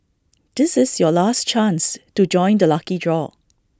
this is your last chance to join the lucky draw